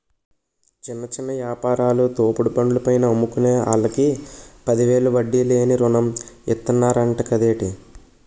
చిన్న చిన్న యాపారాలు, తోపుడు బండ్ల పైన అమ్ముకునే ఆల్లకి పదివేలు వడ్డీ లేని రుణం ఇతన్నరంట కదేటి